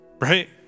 Right